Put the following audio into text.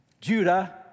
Judah